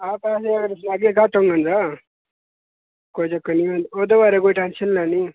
हां पैसे अगर सनाह्गे घट्ट होङन तां कोई चक्कर निं ऐ ओह्दे बारै कोई टैन्शन निं लैनी